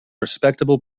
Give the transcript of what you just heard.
respectable